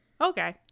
okay